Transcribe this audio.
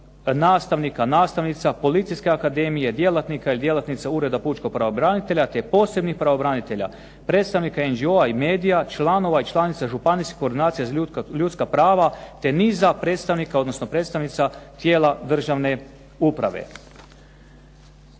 nastavnika, nastavnica, policijske akademije, djelatnika i djelatnica Ureda pučkog pravobranitelja te posebnih pravobranitelja, predstavnika .../Govornik se ne razumije./... i medija, članova i članica županijskih koordinacija za ljudska prava, te niza predstavnika odnosno predstavnica tijela državne uprave.